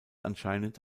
anscheinend